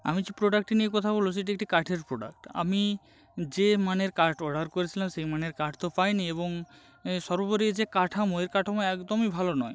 আমি যে প্রোডাক্ট নিয়ে কথা বলব সেটি একটি কাঠের প্রোডাক্ট আমি যে মানের কাঠ অর্ডার করেছিলাম সে মানের কাঠ তো পাই নি এবং সর্বোপরি যে কাঠামো এর কাঠামো একদমই ভালো নয়